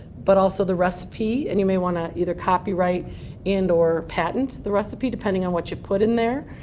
but also the recipe. and you may want to either copyright and or patent the recipe, depending on what you put in there.